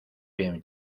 bien